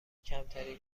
کمترین